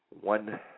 One